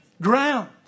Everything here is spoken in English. ground